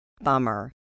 Bummer